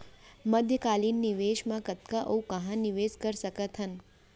मध्यकालीन निवेश म कतना अऊ कहाँ निवेश कर सकत हन?